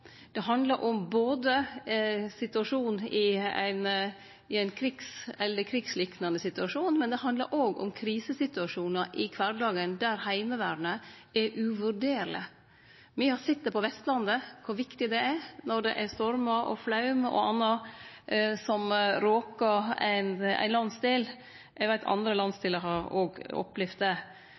Dette handlar òg om tryggleik i kvardagen. Det handlar om situasjonen i ein krigs- eller krigsliknande situasjon, men det handlar òg om krisesituasjonar i kvardagen, der Heimevernet er uvurderleg. Me har sett på Vestlandet kor viktig det er når stormar, flaum og anna råkar ein landsdel. Eg veit at òg andre landsdelar har opplevt det.